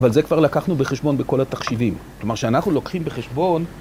‫אבל זה כבר לקחנו בחשבון ‫בכל התחשיבים. ‫כלומר, כשאנחנו לוקחים בחשבון...